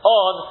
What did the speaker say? on